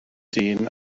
dyn